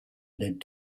lead